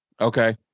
Okay